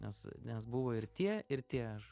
nes nes buvo ir tie ir tie aš